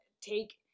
take